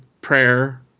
prayer